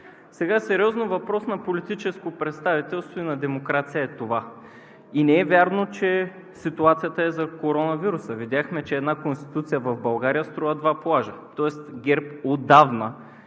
Сега сериозно. Това е въпрос на политическо представителство и на демокрация и не е вярно, че ситуацията е за коронавируса. Видяхме, че една Конституция в България струва два плажа, тоест ГЕРБ отдавна